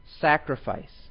Sacrifice